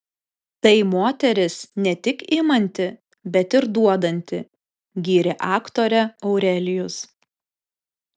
tai moteris ne tik imanti bet ir duodanti gyrė aktorę aurelijus